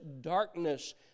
darkness